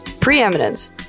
preeminence